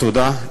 תודה,